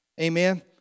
Amen